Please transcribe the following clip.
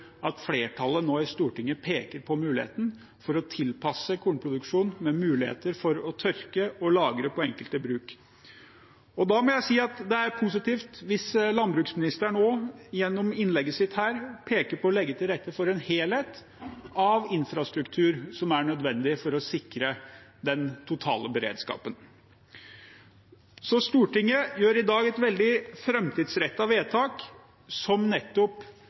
å tilpasse kornproduksjonen ved å tørke og lagre på enkelte bruk. Da må jeg si at det er positivt hvis landbruksministeren nå, gjennom innlegget sitt her, peker på å legge til rette for en helhet av infrastruktur som er nødvendig for å sikre den totale beredskapen. Stortinget gjør i dag et veldig framtidsrettet vedtak som nettopp